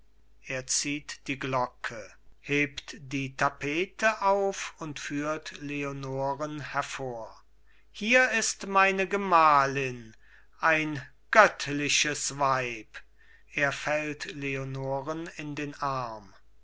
er zieht die glocke hebt die tapete auf und führt leonoren hervor hier ist meine gemahlin ein göttliches weib er fällt leonoren in den arm